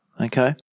Okay